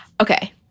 Okay